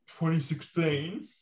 2016